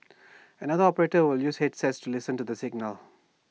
another operator will use headsets to listen for the signal